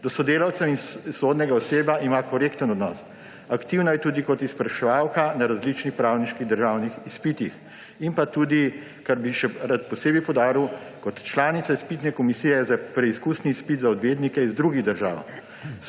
Do sodelavcev in sodnega osebja ima korekten odnos. Aktivna je tudi kot izpraševalka na različnih pravniških državnih izpitih in tudi, kar bi rad še posebej poudaril, kot članica Izpitne komisije za preizkusni izpit za odvetnike iz drugih držav.